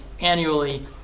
annually